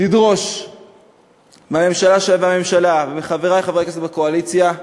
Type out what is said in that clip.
לדרוש מהממשלה ומחברי חברי הכנסת מהקואליציה,